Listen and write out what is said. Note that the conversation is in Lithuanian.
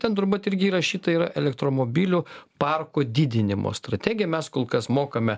ten turbūt irgi įrašyta yra elektromobilių parko didinimo strategija mes kol kas mokame